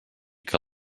que